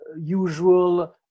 usual